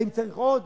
האם צריך עוד?